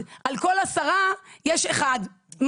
על כל עשרה יש אחד,